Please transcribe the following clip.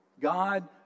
God